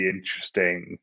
interesting